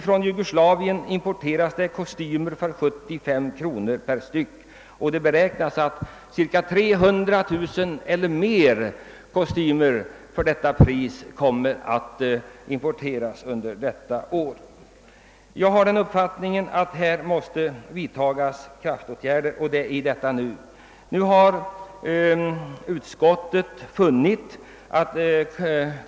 Från Jugoslavien importeras kostymer för 75 kronor per styck, och det beräknas att 300 000 kostymer eller mer kommer att importeras till detta pris i år. Kraftåtgärder måste nu vidtas.